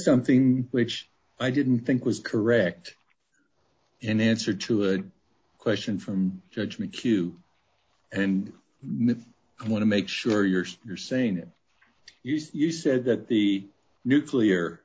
something which i didn't think was correct in answer to a question from judgement q and ms i want to make sure yours you're saying it used you said that the nuclear